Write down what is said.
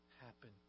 happen